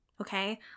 Okay